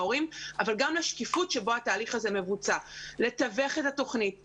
אלוהים הרי נמצא בפרטים הקטנים,